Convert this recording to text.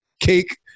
Cake